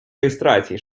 реєстрації